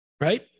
Right